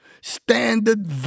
Standard